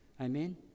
Amen